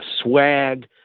swag